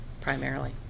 primarily